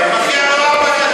או ג'מילה.